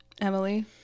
Emily